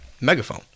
megaphone